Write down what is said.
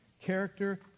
Character